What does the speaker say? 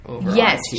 Yes